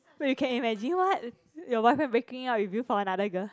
wait you can imagine what your boyfriend breaking up with you for another girl